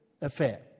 affair